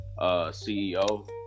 CEO